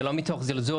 זה לא מתוך זלזול,